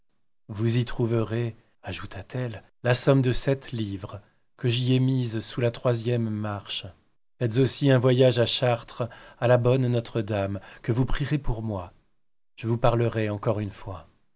vous y trouverez ajouta-t-elle la somme de sept livres que j'y ai mises sous la troisième marche faites aussi un voyage à chartres à la bonne notre-dame que vous prierez pour moi je vous parlerai encore une fois